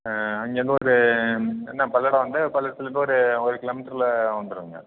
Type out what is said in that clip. ஆ அங்கேயிருந்து ஒரு என்ன பல்லடம் வந்து பல்லடத்துலேருந்து ஒரு ஒரு கிலோமீட்டருல வந்துடுங்க